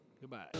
Goodbye